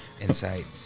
insight